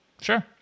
Sure